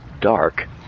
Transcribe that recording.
dark